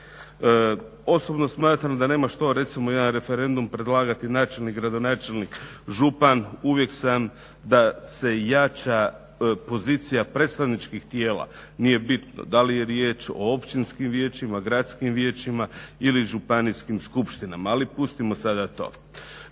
Osobno smatram da nema što recimo jedan referendum predlagati načelnik, gradonačelnik, župan. Uvijek sam da se jača pozicija predstavničkih tijela. Nije bitno da li je riječ o općinskim vijećima, gradskim vijećima ili županijskim skupštinama. Ali pustimo sada to.